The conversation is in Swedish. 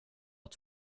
att